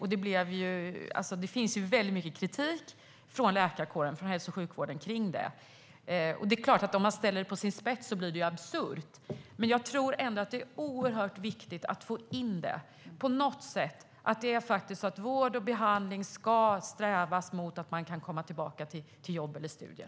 Det finns mycket kritik från läkarkåren och hälso och sjukvården till detta, och det är klart att om man ställer det på sin spets blir det absurt. Jag tror ändå att det är oerhört viktigt att få in det här på något sätt. Vård och behandling ska sträva mot att man kan komma tillbaka till jobb eller studier.